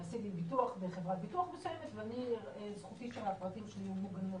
עשיתי ביטוח בחברת ביטוח מסוימת וזכותי שהפרטים שלי יהיו מוגנים.